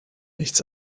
nichts